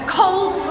cold